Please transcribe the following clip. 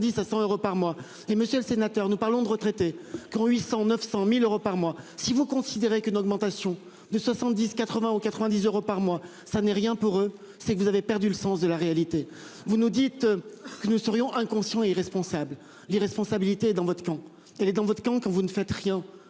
Vous nous dites que nous serions inconscient et irresponsable l'irresponsabilité dans votre camp. Elle est dans votre camp quand vous ne faites rien